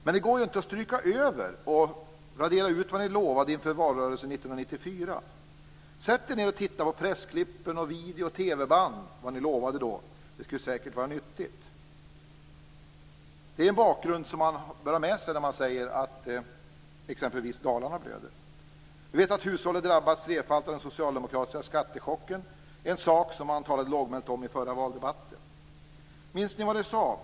Men det går inte att stryka över och radera ut vad ni lovade i valrörelsen 1994. Sätt er ned och titta på vad ni lovade i pressklipp och på videoband. Det skulle säkert vara nyttigt. Det är en bakgrund man bör ha med sig när man säger att Dalarna blöder. Vi vet att hushållen drabbas trefaldigt av den socialdemokratiska skattechocken. Det är en sak man talade lågmält om i den förra valdebatten. Minns ni socialdemokrater vad ni sade?